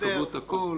תקבלו את הכול